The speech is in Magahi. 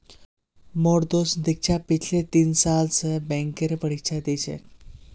मोर दोस्त दीक्षा पिछले तीन साल स बैंकेर परीक्षा दी छ